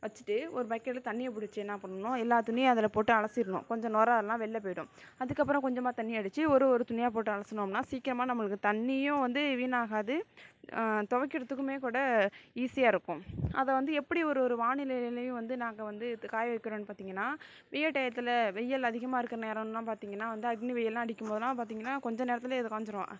வச்சுட்டு ஒரு பக்கெட்டில் தண்ணியை பிடிச்சி என்ன பண்ணணும் எல்லா துணியும் அதில் போட்டு அலசிடணும் கொஞ்சம் நுரை எல்லாம் வெளில போய்விடும் அதுக்கப்புறம் கொஞ்சமாக தண்ணி அடித்து ஒரு ஒரு துணியாக போட்டு அலசுனோம்னால் சீக்கரமா நம்முளுக்கு தண்ணியும் வந்து வீணாகாது துவைக்கிறதுக்குமே கூட ஈஸியாக இருக்கும் அதை வந்து எப்படி ஒரு ஒரு வானிலையிலேயும் வந்து நாங்கள் வந்து காய வைக்கிறோம்னு பார்த்தீங்கன்னா வெயில் டையத்தில் வெயில் அதிகமாக இருக்கிற நேரம்னால் பார்த்தீங்கன்னா வந்து அக்னி வெயிலெல்லாம் அடிக்கும் போதெல்லாம் பார்த்தீங்கன்னா கொஞ்ச நேரத்துலேயே இது காஞ்சிடும்